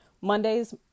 Mondays